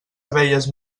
abelles